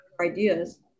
ideas